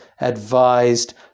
advised